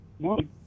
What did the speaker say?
morning